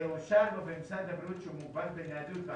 ונמסר לו במשרד הבריאות שהוא מוגבל בניידות,